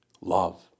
love